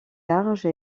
large